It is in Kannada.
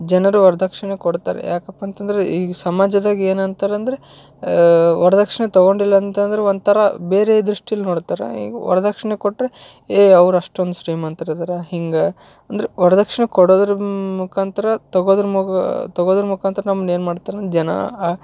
ಜನರು ವರದಕ್ಷ್ಣೆ ಕೊಡ್ತಾರೆ ಯಾಕಪ್ಪಂತಂದರೆ ಈ ಸಮಾಜದಾಗೆ ಏನು ಅಂತಾರೆ ಅಂದರೆ ವರದಕ್ಷ್ಣೆ ತೊಗೊಂಡಿಲ್ಲ ಅಂತಂದ್ರೆ ಒಂಥರ ಬೇರೆ ದೃಷ್ಟಿಲಿ ನೋಡ್ತಾರೆ ಈಗ ವರದಕ್ಷ್ಣೆ ಕೊಟ್ಟರೆ ಏಯ್ ಅವ್ರು ಅಷ್ಟೊಂದು ಶ್ರೀಮಂತ್ರು ಇದ್ದಾರೆ ಹಿಂಗೆ ಅಂದ್ರೆ ವರದಕ್ಷ್ಣೆ ಕೊಡೋದ್ರ ಮುಖಾಂತರ ತೊಗೋದ್ರ ಮುಗ್ ತೊಗೋದ್ರ ಮುಖಾಂತರ ನಮ್ನ ಏನು ಮಾಡ್ತಾರೆ ಜನ